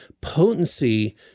potency